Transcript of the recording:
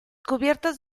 cubiertas